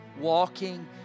walking